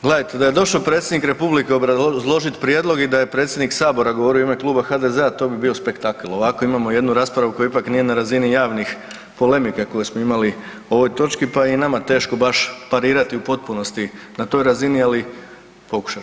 Gledajte, da je došao Predsjednik Republike obrazložiti prijedlog i da je predsjednik Sabora govorio u ime Kluba HDZ-a, to bi bio spektakl, ovako imamo jednu raspravu koja ipak nije na razini javnih polemika, koje smo imali o ovoj točki, pa je i nama teško baš parirati u potpunosti na toj razini, ali pokušat